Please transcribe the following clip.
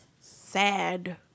sad